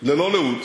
ללא לאות.